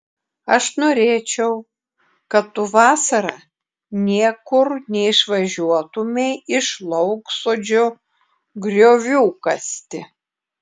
aš norėčiau kad tu vasarą niekur neišvažiuotumei iš lauksodžio griovių kasti